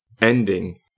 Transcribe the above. ending